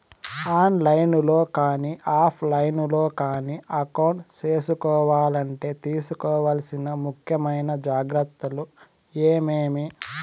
On line లో కానీ offline లో కానీ అకౌంట్ సేసుకోవాలంటే తీసుకోవాల్సిన ముఖ్యమైన జాగ్రత్తలు ఏమేమి?